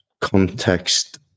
context